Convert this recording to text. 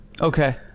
Okay